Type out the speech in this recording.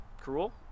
cruel